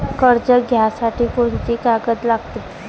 कर्ज घ्यासाठी कोनची कागद लागते?